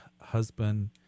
husband